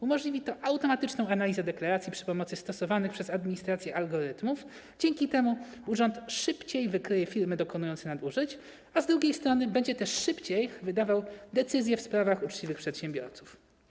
Umożliwi to automatyczną analizę deklaracji przy pomocy stosowanych przez administrację algorytmów, dzięki czemu urząd szybciej wykryje firmy dokonujące nadużyć, a z drugiej strony będzie też szybciej wydawał decyzje w sprawach uczciwych przedsiębiorców.